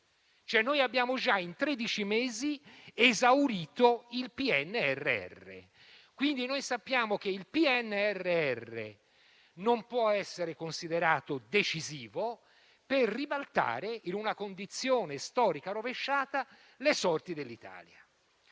mesi abbiamo già esaurito il PNRR. Sappiamo quindi che il PNRR non può essere considerato decisivo per ribaltare, in una condizione storica rovesciata, le sorti dell'Italia.